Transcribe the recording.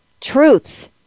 truths